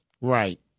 Right